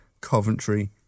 Coventry